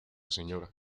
sra